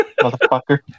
motherfucker